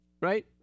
right